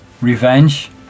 revenge